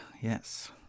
yes